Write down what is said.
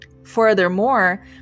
Furthermore